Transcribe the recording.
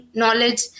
knowledge